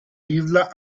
isla